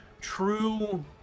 True